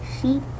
Sheep